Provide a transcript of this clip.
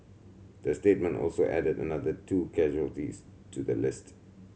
the statement also added another two casualties to the list